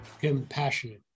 compassionate